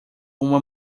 uma